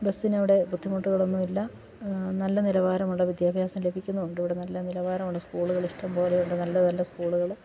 ബസ്സിനിവിടെ ബുദ്ധിമുട്ടുകളൊന്നും ഇല്ല നല്ല നിലവാരമുള്ള വിദ്യാഭ്യാസം ലഭിക്കുന്നുണ്ട് ഇവിടെ നല്ല നിലവാരമുള്ള സ്കൂളുകൾ ഇഷ്ടം പോലെ ഉണ്ട് നല്ല നല്ല സ്കൂളുകൾ